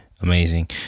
Amazing